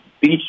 Beach